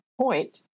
point